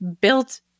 built